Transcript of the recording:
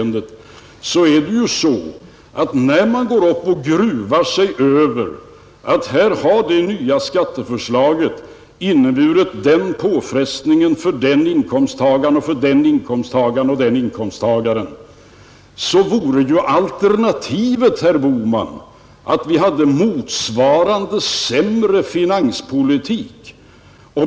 När man går upp och gruvar sig över att det nya skatteförslaget inneburit den och den påfrestningen för den eller den inkomsttagaren, vore ju alternativet, herr Bohman, att vi skulle ha en motsvarande sämre finanspolitik.